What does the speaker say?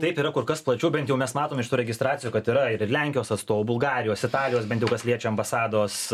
taip yra kur kas plačiau bent jau mes matom iš tų registracijų kad yra ir lenkijos atstovų bulgarijos italijos bent jau kas liečia ambasados